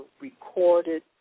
recorded